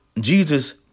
Jesus